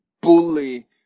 bully